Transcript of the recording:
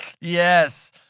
Yes